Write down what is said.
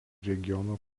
regiono